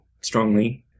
strongly